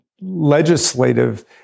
legislative